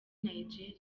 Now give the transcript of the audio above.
nigeria